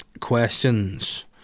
questions